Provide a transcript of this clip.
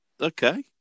Okay